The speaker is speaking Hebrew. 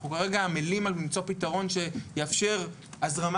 אנחנו כרגע עמלים על למצוא פתרון שיאפשר הזרמה